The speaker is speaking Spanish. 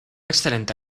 excelente